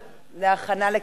נתקבלה.